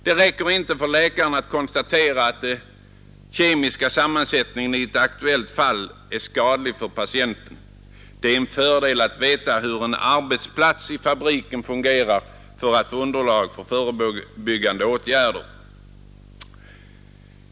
Det räcker inte för läkaren att konstatera att den kemiska sammansättningen i ett aktuellt fall är skadlig för patienten, det är en fördel att veta hur en arbetsplats i fabriken fungerar för att få underlag för förebyggande åtgärder.